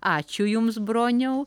ačiū jums broniau